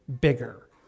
bigger